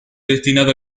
destinado